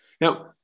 Now